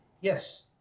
yes